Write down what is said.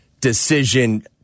decision